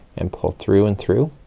and pull through and through.